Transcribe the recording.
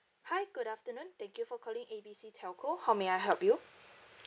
hi good afternoon thank you for calling A B C telco how may I help you